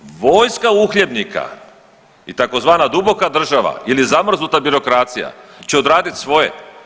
Vojska uhljebnika i tzv. duboka država ili zamrznuta birokracija će odradit svoje.